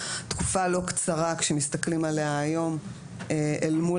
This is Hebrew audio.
תקופה לא קצרה כשמסתכלים עליה היום אל מול